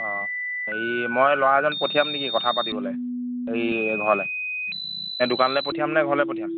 অঁ হেৰি মই ল'ৰা এজন পঠিয়াম নেকি কথা পাতিবলৈ এই ঘৰলৈ নে দোকানলৈ পঠিয়াম নে ঘৰলৈ পঠিয়াম